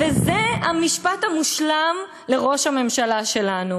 וזה המשפט המושלם לראש הממשלה שלנו.